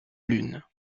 lune